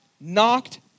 knocked